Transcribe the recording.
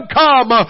come